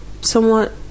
somewhat